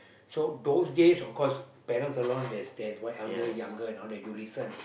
so those days of course parents are the one that's that's what elder younger and all that you listen